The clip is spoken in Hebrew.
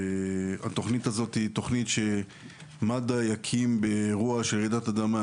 התוכנית הזאת היא תוכנית שמד"א יקים באירוע של רעידת אדמה,